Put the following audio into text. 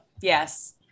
Yes